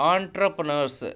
Entrepreneurs